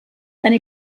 eine